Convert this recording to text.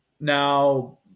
Now